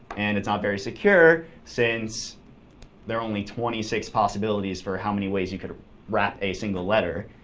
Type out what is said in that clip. and it's not very secure since there are only twenty six possibilities for how many ways you could wrap a single letter.